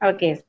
Okay